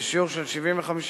בשיעור של 75%,